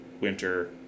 winter